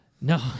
No